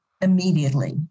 immediately